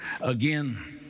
Again